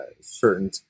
certain